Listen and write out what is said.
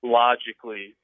logically